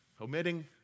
Omitting